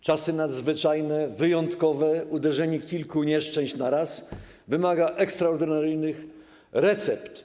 Czasy nadzwyczajne, wyjątkowe, uderzenie kilku nieszczęść na raz - to wymaga ekstraordynaryjnych recept.